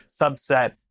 subset